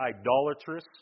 idolatrous